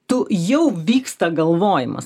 tu jau vyksta galvojimas